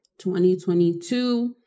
2022